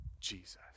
Jesus